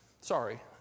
Sorry